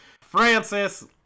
Francis